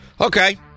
Okay